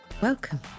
Welcome